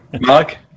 Mark